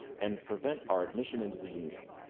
and prevent our admission into the union.